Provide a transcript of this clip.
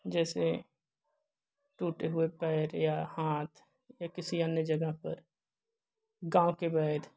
जैसे टूटे हुए पैर या हाथ या किसी अन्य जगह पर गाँव के वैध